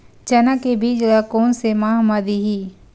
चना के बीज ल कोन से माह म दीही?